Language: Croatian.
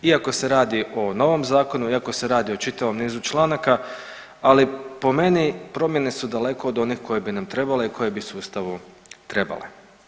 Iako se radi o novom zakonu, iako se radi o čitavom nizu članaka, ali po meni promjene su daleko od onih koje nam trebale i koje bi sustavu trebale.